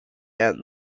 and